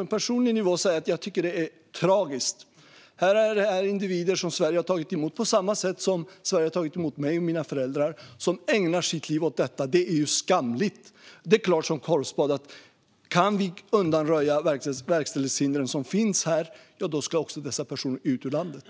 en personlig nivå säga att jag tycker att det är tragiskt. Det här är alltså individer som Sverige har tagit emot på samma sätt som Sverige har tagit emot mig och mina föräldrar, och de ägnar sitt liv åt detta. Det är skamligt! Det är klart som korvspad att kan vi undanröja de verkställighetshinder som finns ska dessa personer också ut ur landet.